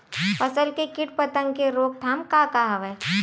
फसल के कीट पतंग के रोकथाम का का हवय?